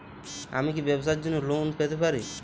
আমি কি ব্যবসার জন্য লোন পেতে পারি?